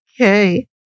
Okay